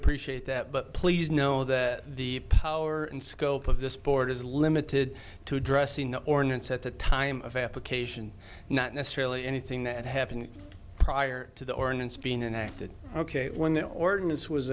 appreciate that but please know that the power and scope of this board is limited to addressing the ordinance at the time of application not necessarily anything that happened prior to the ordinance being enacted ok when the ordinance was